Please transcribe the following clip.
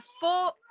four